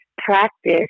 practice